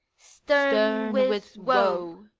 stern with woe,